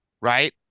Right